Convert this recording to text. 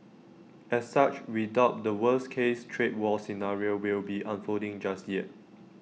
as such we doubt the worst case trade war scenario will be unfolding just yet